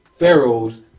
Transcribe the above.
Pharaohs